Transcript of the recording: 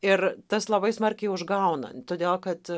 ir tas labai smarkiai užgauna todėl kad